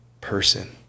person